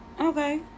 Okay